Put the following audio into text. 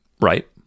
Right